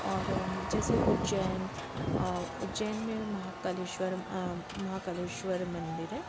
और जैसे उज्जैन उज्जैन में महाकालेश्वर महाकालेश्वर मंदिर है